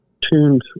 tuned